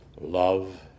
Love